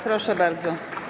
Proszę bardzo.